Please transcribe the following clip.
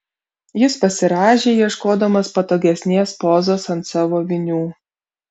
jis pasirąžė ieškodamas patogesnės pozos ant savo vinių